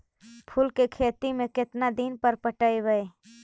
फूल के खेती में केतना दिन पर पटइबै?